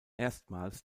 erstmals